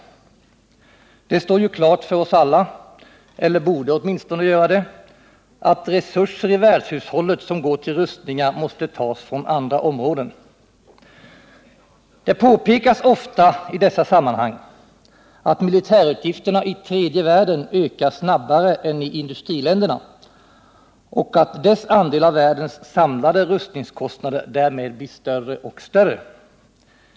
Det står ju klart för oss alla — eller borde åtminstone göra det — att resurser i världshushållet som går till rustningar måste tas från andra områden. Det påpekas ofta att militärutgifterna i tredje världen ökar snabbare än i industriländerna och att dess andel av världens samlade rustningskostnader därmed blir större och större.